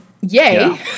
yay